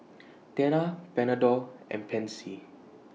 Tena Panadol and Pansy